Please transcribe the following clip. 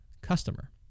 customer